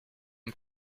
une